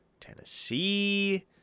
Tennessee